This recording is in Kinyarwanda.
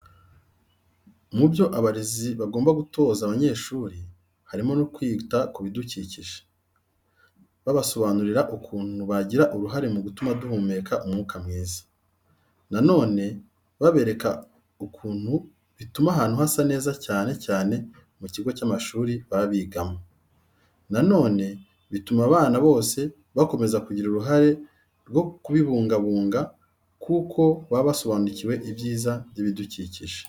Mu byo abarezi bagomba gutoza abanyeshuri, harimo no kwita ku bidukikije. Babasobanurira ukuntu bigira uruhare mu gutuma duhumeka umwuka mwiza. Na none babereka ukuntu bituma ahantu hasa neza cyane cyane mu kigo cy'amashuri baba bigamo. Na none bituma abana bose bakomeza kugira uruhare rwo kubibungabunga kuko baba basobanukiwe ibyiza by'ibidukikije.